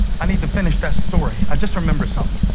i need to finish that story. i just remembered something.